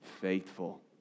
faithful